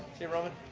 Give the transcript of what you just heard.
you roman.